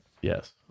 Yes